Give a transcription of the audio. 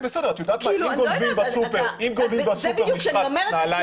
אם גונבים בסופר משחת נעליים,